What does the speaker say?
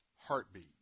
heartbeat